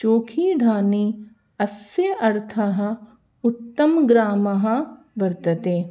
चोखीधानी अस्य अर्थः उत्तमग्रामः वर्तते